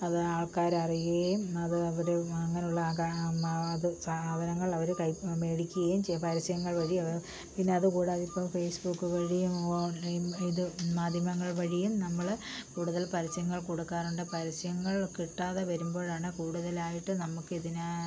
അത് ആൾക്കാരറിയുകയും അത് അവിടെ അങ്ങനെയുള്ള അത് സാധനങ്ങൾ അവർ മേടിക്കുകയും ചെയ്യും പരസ്യങ്ങൾ വഴി അതു പിന്നെ അതു കൂടാതെ ഇപ്പം ഫേസ്ബുക്ക് വഴിയും ഓൺലൈൻ ഇത് മാധ്യമങ്ങൾ വഴിയും നമ്മൾ കൂടുതൽ പരസ്യങ്ങൾ കൊടുക്കാറുണ്ട് പരസ്യങ്ങൾ കിട്ടാതെ വരുമ്പോഴാണ് കൂടുതലായിട്ടും നമ്മുക്കിതിനെ